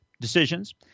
Decisions